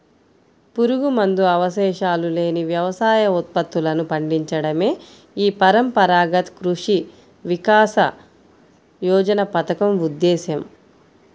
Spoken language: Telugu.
పురుగుమందు అవశేషాలు లేని వ్యవసాయ ఉత్పత్తులను పండించడమే ఈ పరంపరాగత కృషి వికాస యోజన పథకం ఉద్దేశ్యం